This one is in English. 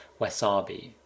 Wasabi